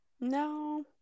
No